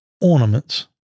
ornaments